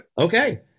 Okay